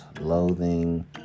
loathing